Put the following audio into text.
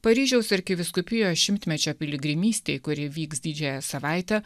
paryžiaus arkivyskupijos šimtmečio piligrimystei kuri vyks didžiąją savaitę